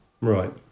right